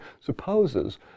supposes